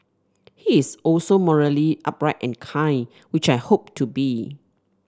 he is also morally upright and kind which I hope to be